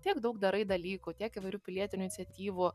tiek daug darai dalykų tiek įvairių pilietinių iniciatyvų